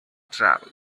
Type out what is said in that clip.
travel